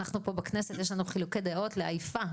לנו פה בכנסת יש חילוקי דעות לעייפה.